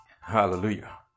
Hallelujah